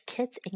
Kids